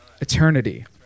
eternity